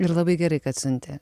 ir labai gerai kad siuntė